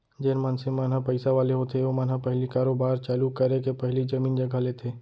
जेन मनसे मन ह पइसा वाले होथे ओमन ह पहिली कारोबार चालू करे के पहिली जमीन जघा लेथे